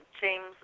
James